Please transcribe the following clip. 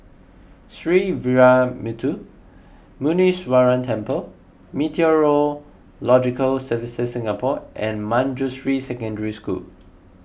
Sree Veeramuthu Muneeswaran Temple Meteorological Services Singapore and Manjusri Secondary School